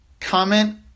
comment